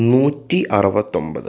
നൂറ്റി അറുപത്തൊൻപത്